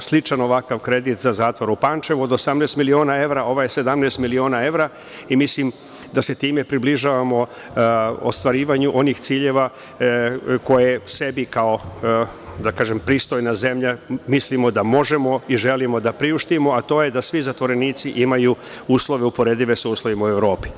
sličan ovakav kredit za zatvor u Pančevu od 18 miliona evra, ovaj je 17 miliona evra, i mislim da se time približavamo ostvarivanju onih ciljeva koje sebi kao pristojna zemlja mislimo da možemo i želimo da priuštimo a to je da svi zatvorenici imaju uslove uporedive sa uslovima u Evropi.